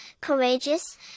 courageous